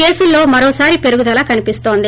కేసుల్లో మరోసారి పెరుగుదల కనిపిస్తోంది